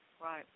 Right